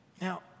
Now